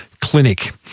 clinic